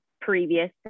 previous